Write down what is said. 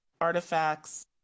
artifacts